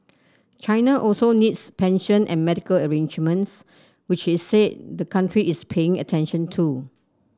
China also needs pension and medical arrangements which he said the country is paying attention to